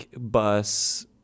Bus